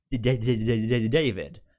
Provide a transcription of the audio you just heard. David